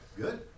good